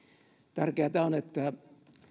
tärkeätä on että